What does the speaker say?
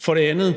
For det andet